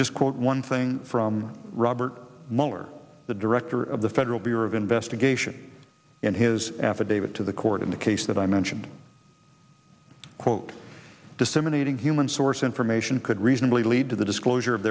just quote one thing from robert muller the director of the federal bureau of investigation and his affidavit to the court in the case that i mentioned quote disseminating human source information could reasonably lead to the disclosure of